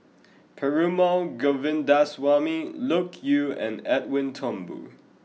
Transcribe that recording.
Perumal Govindaswamy Loke Yew and Edwin Thumboo